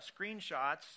screenshots